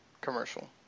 commercial